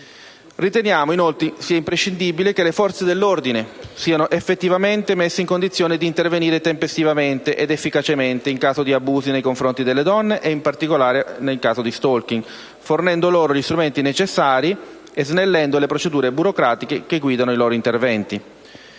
Riteniamo inoltre sia imprescindibile che le forze dell'ordine siano effettivamente messe in condizione di intervenire tempestivamente ed efficacemente in caso di abusi nei confronti delle donne e, in particolare, in caso di *stalking*, fornendo loro gli strumenti necessari e snellendo le procedure burocratiche che guidano i loro interventi.